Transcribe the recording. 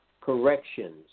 corrections